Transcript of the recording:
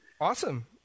Awesome